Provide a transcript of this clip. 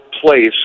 place